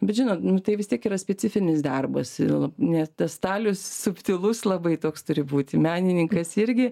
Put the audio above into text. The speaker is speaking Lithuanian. bet žinot nu tai vis tiek yra specifinis darbas ne tas stalius subtilus labai toks turi būti menininkas irgi